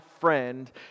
friend